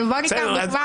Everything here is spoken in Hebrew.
ניקח דוגמה